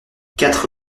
quatre